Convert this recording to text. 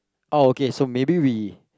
oh okay so maybe we